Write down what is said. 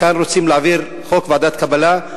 כאן רוצים להעביר חוק ועדת קבלה,